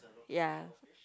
ya